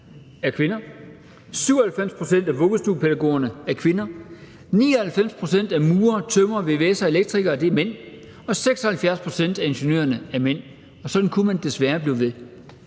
97 pct. af vuggestuepædagogerne er kvinder. 99 pct. af murere, tømrere, vvs'ere og elektrikere er mænd, og 76 pct. af ingeniørerne er mænd, og sådan kunne man desværre blive ved.